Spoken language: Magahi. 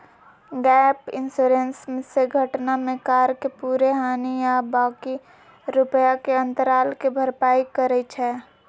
गैप इंश्योरेंस से घटना में कार के पूरे हानि आ बाँकी रुपैया के अंतराल के भरपाई करइ छै